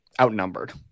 outnumbered